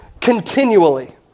continually